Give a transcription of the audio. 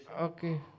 Okay